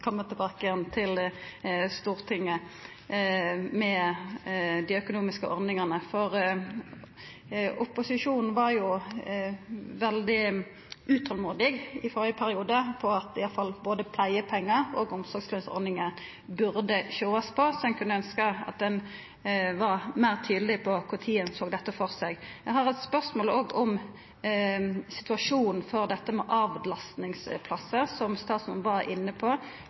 til Stortinget med dei økonomiske ordningane. Opposisjonen var jo veldig utolmodig i førre periode med omsyn til at ein burde sjå på både pleiepengar og omsorgslønsordninga og ønskte at ein kunne vera meir tydeleg på kva tid ein ser dette for seg. Eg har òg eit spørsmål om situasjonen for dette med avlastingsplassar, som statsråden var inne på.